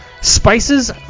Spices